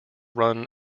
run